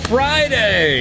Friday